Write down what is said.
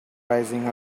rising